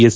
S